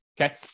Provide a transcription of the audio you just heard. Okay